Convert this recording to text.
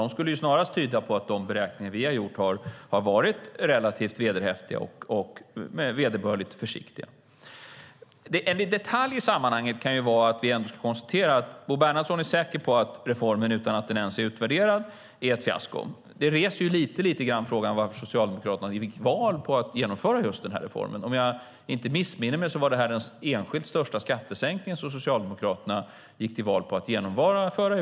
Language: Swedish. Det skulle snarast tyda på att de beräkningar vi har gjort har varit relativt vederhäftiga och vederbörligt försiktiga. Bo Bernhardsson är säker på att reformen utan att den ens är utvärderad är ett fiasko, och man kan fundera över varför Socialdemokraterna gick till val på att genomföra just den här reformen. Om jag inte missminner mig var det här den enskilt största skattesänkningen som Socialdemokraterna 2010 gick till val på att genomföra.